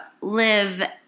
live